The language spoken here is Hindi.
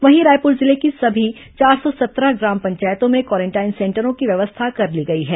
वहीं रायपुर जिले की सभी चार सौ सत्रह ग्राम पंचायतों में क्वारेंटाइन सेंटरों की व्यवस्था कर ली गई है